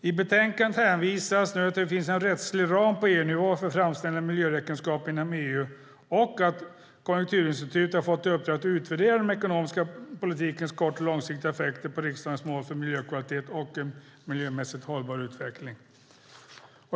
I betänkandet hänvisas till att det nu finns en rättslig ram på EU-nivå för framställning av miljöräkenskaper inom EU och till att Konjunkturinstitutet har fått i uppdrag att utvärdera den ekonomiska politikens kort och långsiktiga effekter på riksdagens mål för miljökvalitet och en miljömässigt hållbar utveckling.